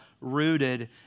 rooted